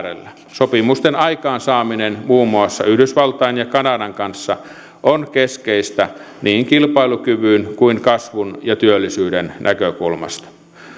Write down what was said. sopimusten aikaansaaminen muun muassa yhdysvaltain ja kanadan kanssa on keskeistä niin kilpailukyvyn kuin kasvun ja työllisyyden näkökulmasta